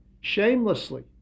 shamelessly